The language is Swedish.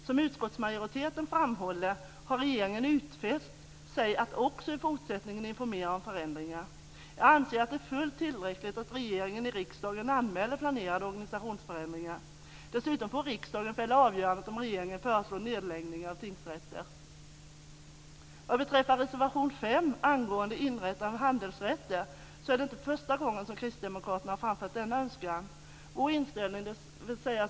Som utskottsmajoriteten framhåller har regeringen utfäst sig att också i fortsättningen informera om förändringar. Jag anser att det är fullt tillräckligt att regeringen i riksdagen anmäler planerade organisationsförändringar. Dessutom får riksdagen fälla avgörandet om regeringen föreslår nedläggningar av tingsrätter. Vad beträffar reservation 5 angående inrättande av handelsrätter är det inte första gången som Kristdemokraterna har framfört denna önskan. Vår inställning, dvs.